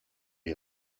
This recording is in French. est